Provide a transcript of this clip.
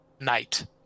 Night